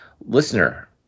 listener